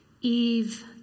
Eve